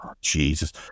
Jesus